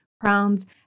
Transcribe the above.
crowns